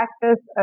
practice